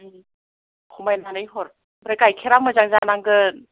खमायनानै हर ओमफ्राय गाइखेरा मोजां जानांगोन